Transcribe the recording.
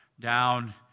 down